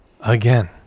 again